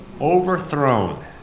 Overthrown